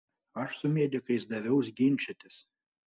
aš su medikais daviaus ginčytis